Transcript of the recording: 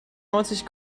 neunzig